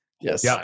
Yes